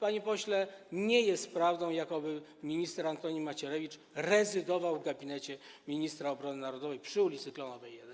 Panie pośle, nie jest prawdą jakoby minister Antoni Macierewicz rezydował w gabinecie ministra obrony narodowej przy ul. Klonowej 1.